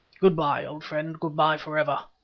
good-bye, old friend, good-bye for ever.